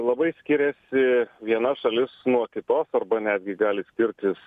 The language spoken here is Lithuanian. labai skiriasi viena šalis nuo kitos arba netgi gali skirtis su